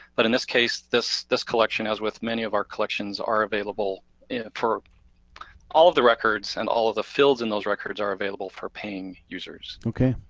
but in this case, this this collection as with many of our collections are available for all of the records and all of the field in those records are available for paying users. okay,